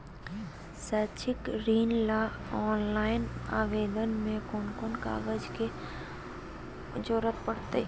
शैक्षिक ऋण ला ऑनलाइन आवेदन में कौन कौन कागज के ज़रूरत पड़तई?